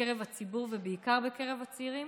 בקרב הציבור ובעיקר בקרב הצעירים,